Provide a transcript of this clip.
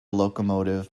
locomotive